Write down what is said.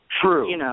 True